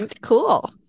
cool